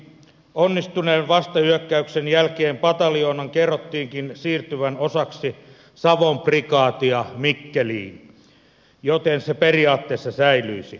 onnistuneen vastahyökkäyksen jälkeen pataljoonan kerrottiinkin siirtyvän osaksi savon prikaatia mikkeliin joten se periaatteessa säilyisi